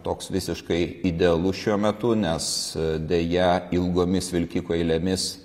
toks visiškai idealus šiuo metu nes deja ilgomis vilkikų eilėmis